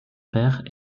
père